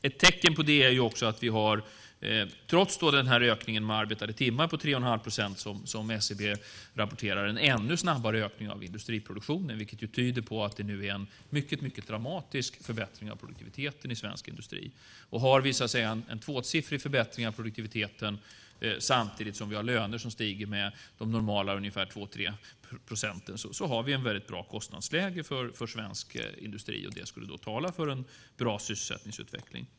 Ett tecken på det är också att vi trots ökningen arbetade timmar på 3 1⁄2 procent, som SCB rapporterar, har en ännu snabbare ökning av industriproduktionen, vilket tyder på att det nu är en mycket dramatisk förbättring av produktiviteten i svensk industri. Har vi så att säga en tvåsiffrig förbättring av produktiviteten samtidigt som vi har löner som stiger med de normala 2-3 procenten har vi ett väldigt bra kostnadsläge för svensk industri. Det skulle tala för en bra sysselsättningsutveckling.